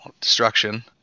destruction